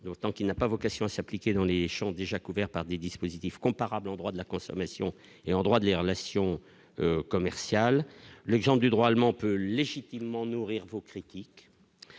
donc tant qu'il n'a pas vocation à s'appliquer dans les champs déjà couverts par des dispositifs comparables en droit de la consommation est en droit de les relations commerciales, le géant du droit allemand peut légitimement nourrir vos critiques,